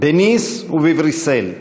בניס ובבריסל,